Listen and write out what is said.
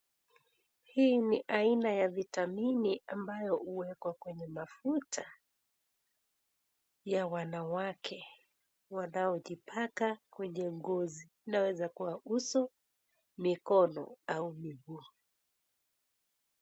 Hii ni aina ya vitamini ambayo huwekwa kwenye mafuta ya wanawake wanaojipaka kwenye ngozi. Inaweza kuwa uso, mikono au miguu.